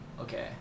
Okay